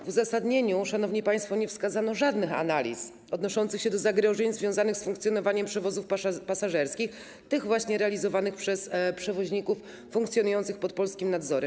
W uzasadnieniu, szanowni państwo, nie wskazano żadnych analiz odnoszących się do zagrożeń związanych z funkcjonowaniem przewozów pasażerskich realizowanych przez przewoźników funkcjonujących pod polskim nadzorem.